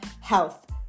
health